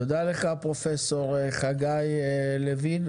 תודה לך פרופסור חגי לוין.